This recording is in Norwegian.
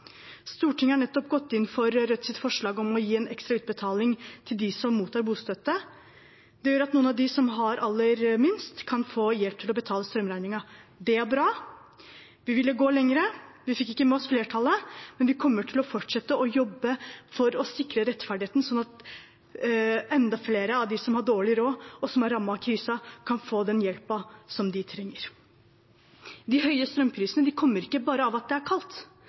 Stortinget har nettopp gått inn for Rødts forslag om å gi en ekstra utbetaling til dem som mottar bostøtte. Det gjør at noen av dem som har aller minst, kan få hjelp til å betale strømregningen. Det er bra. Vi ville gå lenger. Vi fikk ikke med oss flertallet, men vi kommer til å fortsette å jobbe for å sikre rettferdighet, sånn at enda flere av dem som har dårlig råd, og som er rammet av krisen, kan få den hjelpen de trenger. De høye strømprisene kommer ikke bare av at det er kaldt,